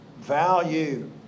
Value